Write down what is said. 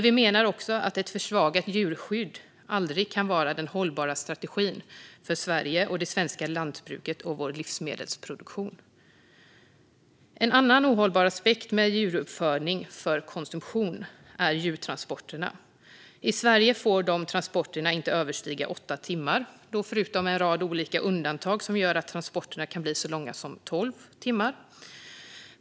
Vi menar dock att ett försvagat djurskydd aldrig kan vara den hållbara strategin för Sverige, det svenska lantbruket och vår livsmedelsproduktion. En annan ohållbar aspekt av djuruppfödningen för konsumtion är djurtransporterna. I Sverige får de transporterna inte överstiga åtta timmar. Sedan finns en rad undantag som gör att transporten kan bli så lång som tolv timmar.